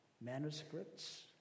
manuscripts